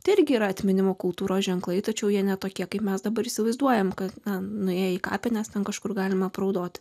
tai irgi yra atminimo kultūros ženklai tačiau jie ne tokie kaip mes dabar įsivaizduojame kad nuėję į kapines ten kažkur galima apraudoti